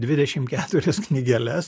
dvidešim keturias knygeles